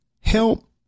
help